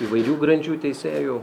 įvairių grandžių teisėjų